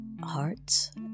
hearts